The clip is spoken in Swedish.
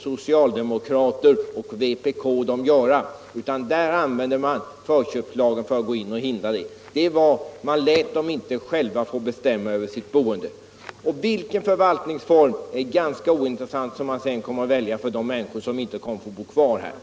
Socialdemokrater och vpk lät dem inte göra detta utan använde förköpslagen för att hindra dem. Vilken förvaltningsform man sedan kommer att välja för dessa människor som kanske inte kommer att få bo kvar är ganska ointressant.